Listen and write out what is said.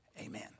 amen